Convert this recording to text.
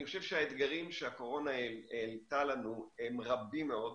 אני חושב שהאתגרים שהקורונה העלתה לנו הם רבים מאוד,